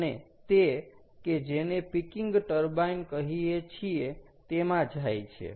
અને તે કે જેને પીકિંગ ટર્બાઈન કહીએ છીએ તેમાં જાય છે